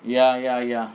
ya ya ya